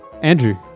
Andrew